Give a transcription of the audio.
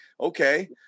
okay